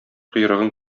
койрыгын